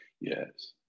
Yes